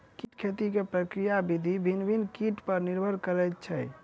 कीट खेती के प्रक्रिया विधि भिन्न भिन्न कीट पर निर्भर करैत छै